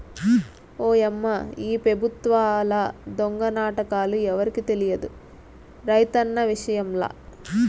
ఓయమ్మా ఈ పెబుత్వాల దొంగ నాటకాలు ఎవరికి తెలియదు రైతన్న విషయంల